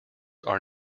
are